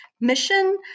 mission